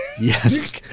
Yes